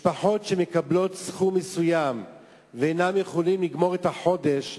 משפחות שמקבלות סכום מסוים ואינן יכולות לגמור את החודש,